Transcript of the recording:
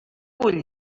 vull